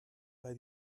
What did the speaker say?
bei